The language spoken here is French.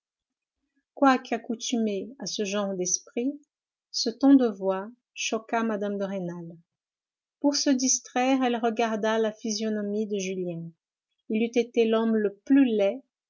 quoique accoutumée à ce genre d'esprit ce ton de voix choqua mme de rênal pour se distraire elle regarda la physionomie de julien il eût été l'homme le plus laid